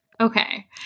Okay